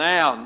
Now